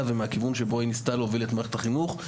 ומהכיוון שבו היא ניסתה להוביל את מערכת החינוך.